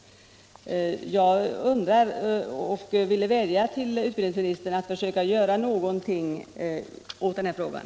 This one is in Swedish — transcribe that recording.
Jag vädjar till utbildningsministern att försöka göra någonting åt den här saken.